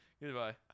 Goodbye